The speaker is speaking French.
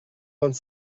vingt